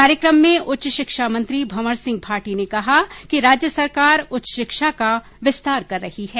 कार्यक्रम में उच्च शिक्षा मंत्री भंवर सिंह भाटी ने कहा कि राज्य सरकार उच्च शिक्षा का विस्तार कर रही है